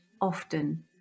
often